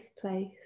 place